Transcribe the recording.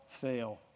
fail